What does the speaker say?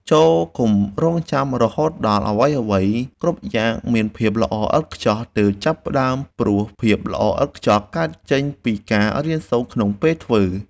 ចូរកុំរង់ចាំរហូតដល់អ្វីៗគ្រប់យ៉ាងមានភាពល្អឥតខ្ចោះទើបចាប់ផ្តើមព្រោះភាពល្អឥតខ្ចោះកើតចេញពីការរៀនសូត្រក្នុងពេលធ្វើ។